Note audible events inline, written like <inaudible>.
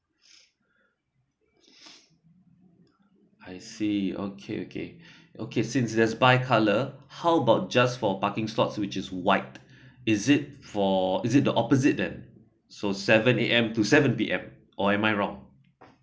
<breath> I see okay okay <breath> okay since there's bi coloured how about just for parking slot which is white <breath> is it for is it the opposite that so seven A_M to seven P_M or am I wrong